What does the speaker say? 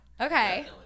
Okay